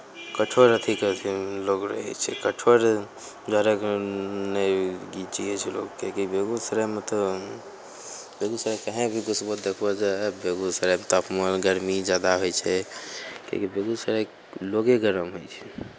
कठोर अथी कयलखिन लोग रहैत छै कठोर डरे नहि जीयैत छै लोग किएकि बेगूसरायमे तऽ बेगूसरायमे कहेँ भी घुसबहो तऽ देखबहो जे हइ बेगूसरायके तापमान गरमी जादा होइ छै किएकि बेगूसरायके लोके गरम होइ छै